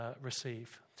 receive